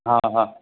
हा हा